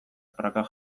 prakak